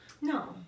No